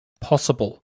possible